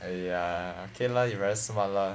!aiya! okay lah you very smart lah